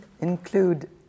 include